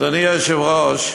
אדוני היושב-ראש,